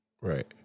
Right